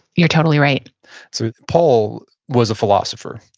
you're totally right so paul was a philosopher.